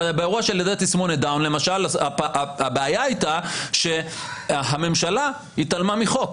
באירוע של ילדי תסמונת דאון למשל הבעיה הייתה שהממשלה התעלמה מחוק.